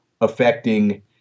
affecting